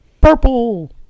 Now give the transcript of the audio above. Purple